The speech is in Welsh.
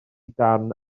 darn